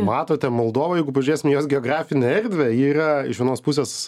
matote moldova jeigu pažiūrėsim jos geografinę erdvę ji yra iš vienos pusės